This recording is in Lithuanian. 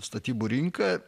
statybų rinką